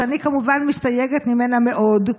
שאני כמובן מסתייגת ממנה מאוד,